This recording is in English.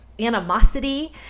animosity